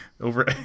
over